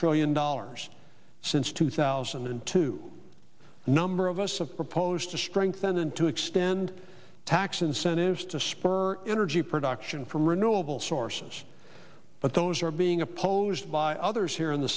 dollars since two thousand and two a number of us of proposed to strengthen and to extend tax incentives to spur energy production from renewable sources but those are being opposed by others here in the